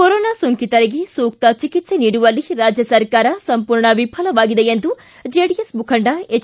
corona ಸೋಂಕಿತರಿಗೆ ಸೂಕ್ಷ ಚಿಕಿತ್ತೆ ನೀಡುವಲ್ಲಿ ರಾಜ್ಯ ಸರ್ಕಾರ ಸಂಪೂರ್ಣ ವಿಫಲವಾಗಿದೆ ಎಂದು ಜೆಡಿಎಸ್ ಮುಖಂಡ ಎಚ್